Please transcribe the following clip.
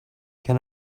can